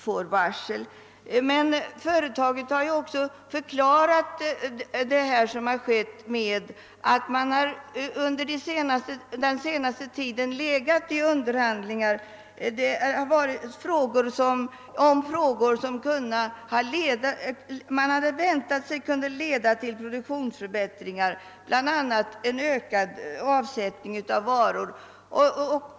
Företaget har emellertid förklarat saken med att man under den senaste tiden legat i underhandlingar som man hoppades skulle kunna leda till produktionsförbättringar, bl.a. en ökad avsättning av varor.